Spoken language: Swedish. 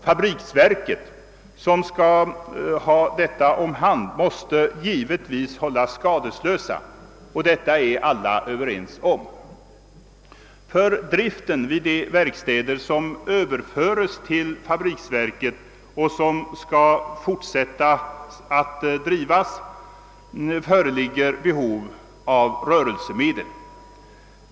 Fabriksverket, som skall ha detta om hand, måste givetvis hållas skadeslöst. Det är alla överens om. För driften vid de verkstäder, som Ööverförs till fabriksverket och som skall fortsätta med sin verksamhet, föreligger det behov av rörelsemedel.